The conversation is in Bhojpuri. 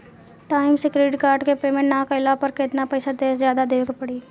टाइम से क्रेडिट कार्ड के पेमेंट ना कैला पर केतना पईसा जादे देवे के पड़ी?